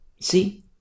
See